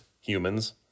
humans